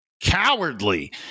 cowardly